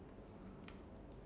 like uh like